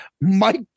Mike